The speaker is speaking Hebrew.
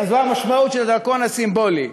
זו המשמעות של הדרכון הסימבולי.